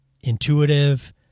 intuitive